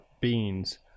beans